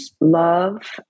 love